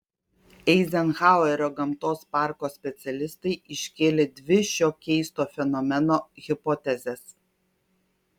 eizenhauerio gamtos parko specialistai iškėlė dvi šio keisto fenomeno hipotezes